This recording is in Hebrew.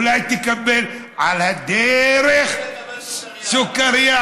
אולי תקבל על הדרך סוכרייה?